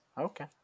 Okay